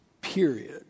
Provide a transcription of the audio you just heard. period